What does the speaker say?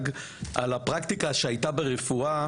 להשכלה גבוהה על הפרקטיקה שהייתה ברפואה